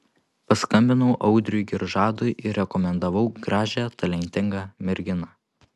paskambinau audriui giržadui ir rekomendavau gražią talentingą merginą